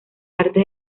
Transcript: artes